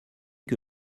que